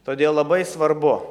todėl labai svarbu